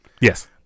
Yes